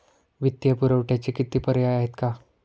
वित्तीय पुरवठ्याचे किती पर्याय आहेत का?